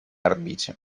орбите